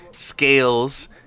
Scales